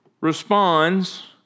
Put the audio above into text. responds